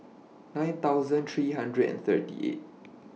nine thousand three hundred and thirty eight